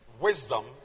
wisdom